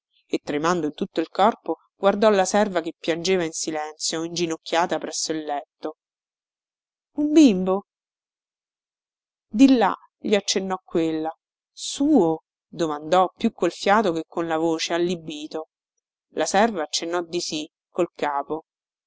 e tremando in tutto il corpo guardò la serva che piangeva in silenzio inginocchiata presso il letto un bimbo di là gli accennò quella suo domandò più col fiato che con la voce allibito la serva accennò di sì col capo